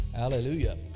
Hallelujah